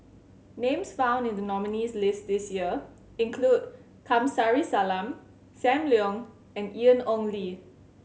names found in the nominees' list this year include Kamsari Salam Sam Leong and Ian Ong Li